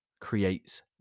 creates